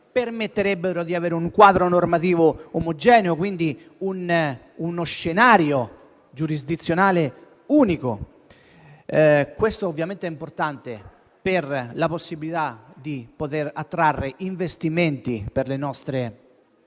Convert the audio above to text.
permetterebbe di avere un quadro normativo omogeneo e, quindi, uno scenario giurisdizionale unico, che ovviamente è importante per la possibilità di attrarre investimenti per le nostre aziende,